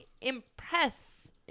impress